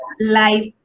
life